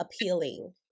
appealing